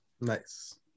Nice